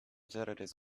terrorist